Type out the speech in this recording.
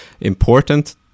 important